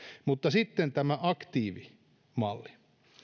mutta sitten tämä aktiivimalli